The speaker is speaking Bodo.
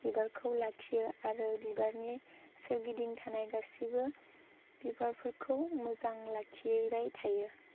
बिबारखौ लाखियो आरो बिबारनि सोरगिदिं थानाय गासैबो बिबारफोरखौ मोजां लाखिबाय थायो